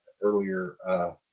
earlier